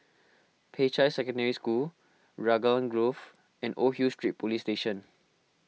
Peicai Secondary School Raglan Grove and Old Hill Street Police Station